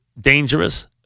dangerous